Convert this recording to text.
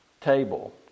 table